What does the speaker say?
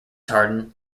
harden